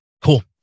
cool